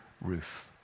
Ruth